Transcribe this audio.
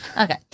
Okay